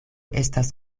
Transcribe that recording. estas